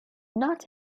not